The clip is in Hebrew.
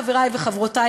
חברי וחברותי,